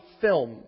film